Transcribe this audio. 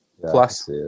Plus